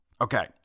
Okay